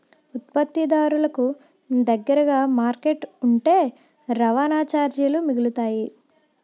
ఉత్పత్తిదారులకు దగ్గరగా మార్కెట్ ఉంటే రవాణా చార్జీలు మిగులుతాయి